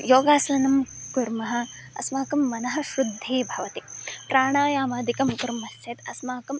योगासनं कुर्मः अस्माकं मनः शुद्धिः भवति प्राणायामादिकं कुर्मश्चेद् अस्माकम्